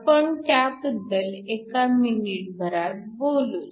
आपण त्याबद्दल एका मिनिटभरात बोलूच